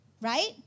right